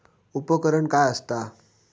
उपकरण काय असता?